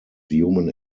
human